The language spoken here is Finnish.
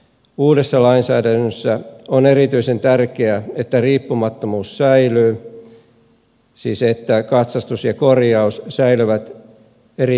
uudessa lainsäädännössä on erityisen tärkeää että riippumattomuus säilyy siis että katsastus ja korjaus säilyvät eri henkilöillä